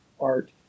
art